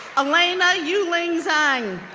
alaina yuling zhang